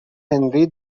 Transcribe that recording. هنری